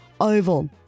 oval